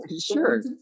sure